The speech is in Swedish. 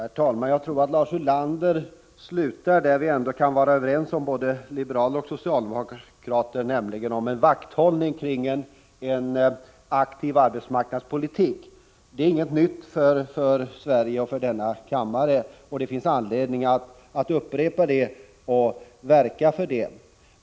Herr talman! Jag tror att Lars Ulander slutar där vi ändå kan vara överens, både liberaler och socialdemokrater — med en vakthållning kring en aktiv arbetsmarknadspolitik. Det är inget nytt för Sverige och för denna kammare. Det finns anledning att upprepa detta och verka för det.